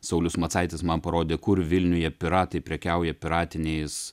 saulius macaitis man parodė kur vilniuje piratai prekiauja piratiniais